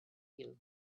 you